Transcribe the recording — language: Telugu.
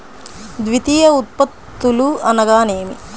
ద్వితీయ ఉత్పత్తులు అనగా నేమి?